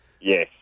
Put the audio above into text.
Yes